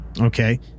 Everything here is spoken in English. Okay